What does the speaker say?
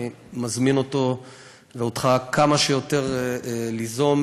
אני מזמין אותו ואותך כמה שיותר ליזום,